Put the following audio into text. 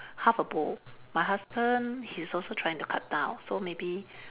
half a bowl my husband he's also trying to cut down so maybe